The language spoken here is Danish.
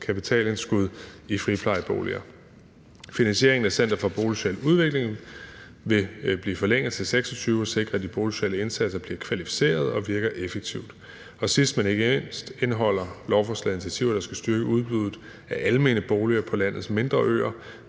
i forbindelse med friplejeleverandører. Finansieringen af Center for Boligsocial Udvikling vil blive forlænget til 2026 og sikre, at de boligsociale indsatser bliver kvalificeret og virker effektivt. Sidst, men ikke mindst, indeholder lovforslaget initiativer, der skal styrke udbuddet af almene boliger på landets mindre øer,